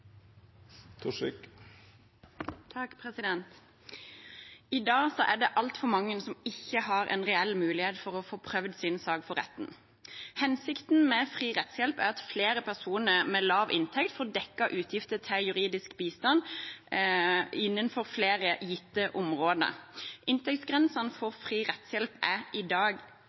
I dag er det altfor mange som ikke har en reell mulighet for å få prøvd sin sak for retten. Hensikten med fri rettshjelp er at flere personer med lav inntekt får dekket utgifter til juridisk bistand innenfor flere gitte områder. Inntektsgrensen for fri rettshjelp er i dag